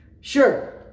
sure